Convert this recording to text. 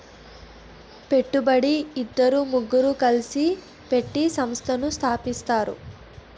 పెట్టుబడి ఇద్దరు ముగ్గురు కలిసి పెట్టి సంస్థను స్థాపిస్తారు